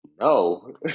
No